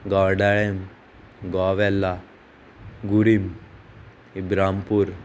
गौडाळेम गोवेल्ला गुरिम इब्रामपूर